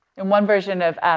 and one version of, um,